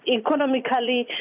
economically